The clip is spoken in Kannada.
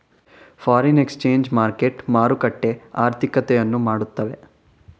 ಫಾರಿನ್ ಎಕ್ಸ್ಚೇಂಜ್ ಮಾರ್ಕೆಟ್ ಮಾರುಕಟ್ಟೆ ಆರ್ಥಿಕತೆಯನ್ನು ಮಾಡುತ್ತವೆ